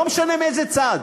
לא משנה מאיזה צד.